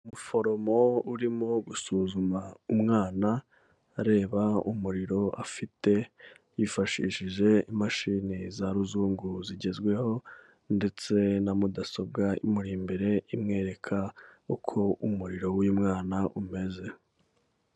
Umuforomo urimo gusuzuma umwana, areba umuriro afite yifashishije imashini za ruzungu zigezweho ndetse na mudasobwa imuri imbere imwereka uko umuriro w'uyu mwana umeze.